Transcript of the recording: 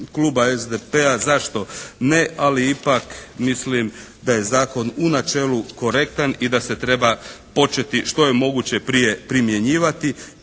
Kluba SDP-a zašto ne? Ali ipak mislim da je zakon u načelu korektan i da se treba početi što je moguće prije primjenjivati